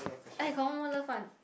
I confirm one love one